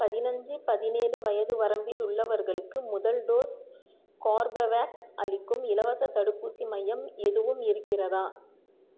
பதினஞ்சு பதினேழு வயது வரம்பில் உள்ளவர்களுக்கு முதல் டோஸ் கார்பவேக்ஸ் அளிக்கும் இலவசத் தடுப்பூசி மையம் எதுவும் இருக்கிறதா